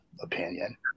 opinion